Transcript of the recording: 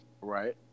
Right